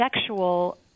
sexual